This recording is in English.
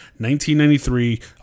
1993